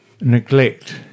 neglect